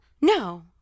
No